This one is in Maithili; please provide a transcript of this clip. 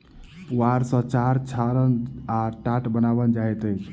पुआर सॅ चार छाड़ल आ टाट बनाओल जाइत अछि